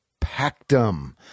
Pactum